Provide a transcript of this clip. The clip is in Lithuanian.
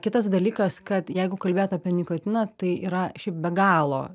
kitas dalykas kad jeigu kalbėt apie nikotiną tai yra šiaip be galo